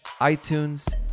iTunes